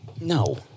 no